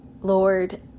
Lord